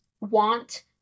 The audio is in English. want